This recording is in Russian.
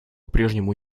прежнему